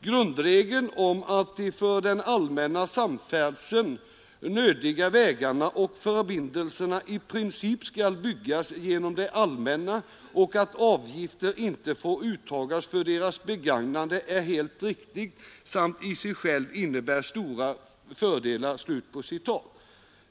”grundregeln om att de för den allmänna samfärdseln nödiga vägarna och förbindelserna i princip skall byggas genom det allmänna och att avgifter inte får uttagas för deras begagnande är helt riktig samt i sig själv innebär stora fördelar”.